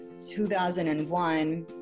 2001